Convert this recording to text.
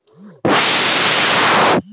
ঋণ এবং ইক্যুইটি দুটি ভিন্ন ধরনের অর্থ ব্যবস্থা